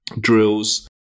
drills